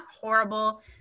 horrible